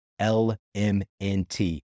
LMNT